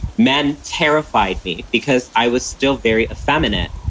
men terrified me because i was still very effeminate.